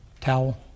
towel